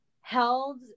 held